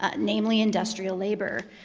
ah namely industrial labor,